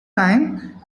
time